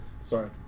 Sorry